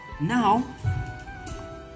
Now